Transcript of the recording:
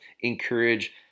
encourage